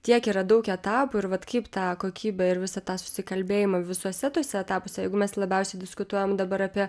tiek yra daug etapų ir vat kaip tą kokybę ir visą tą susikalbėjimą visuose tuose etapuose jeigu mes labiausiai diskutuojam dabar apie